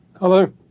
Hello